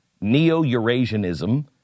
Neo-Eurasianism